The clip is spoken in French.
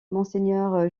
monseigneur